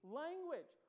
language